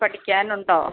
പഠിക്കാനുണ്ടോ